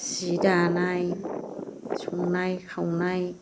सि दानाय संनाय खावनाय